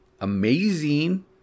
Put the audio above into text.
amazing